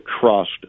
trust